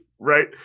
Right